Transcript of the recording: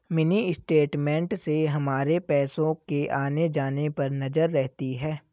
mini statement से हमारे पैसो के आने जाने पर नजर रहती है